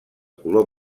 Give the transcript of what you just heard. color